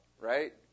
right